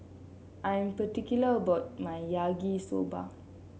I am particular about my Yaki Soba